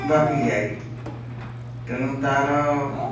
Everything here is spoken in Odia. ବ୍ୟାପିଯାଏ ତେଣୁ ତା'ର